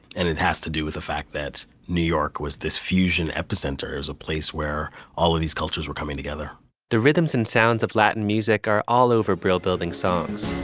and it has to do with the fact that new york was this fusion epicenter is a place where all of these cultures were coming together the rhythms and sounds of latin music are all over brill building songs